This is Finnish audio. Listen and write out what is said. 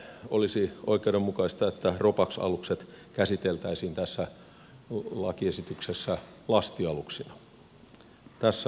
olisi oikeudenmukaista että ropax alukset käsiteltäisiin tässä